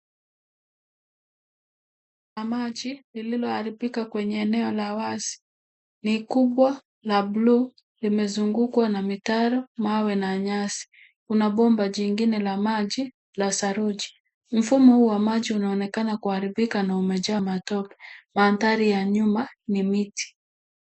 Kuna maji lililoharibika kwenye eneo la wazi ni kubwa la buluu limezungukwa na mitaro mawe na nyasi. Kuna bomba jingine la maji la saruji. Mfumo huu wa maji unaonekana kuhariba na umejaa matope. Mandhari ya nyuma ni miti.